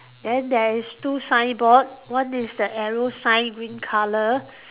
then there is two signboard one is the arrow sign green colour